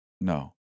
No